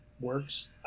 works